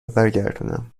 برگردونم